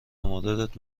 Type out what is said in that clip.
موردت